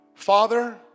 Father